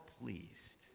pleased